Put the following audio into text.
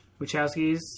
Wachowskis